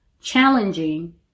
challenging